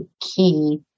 key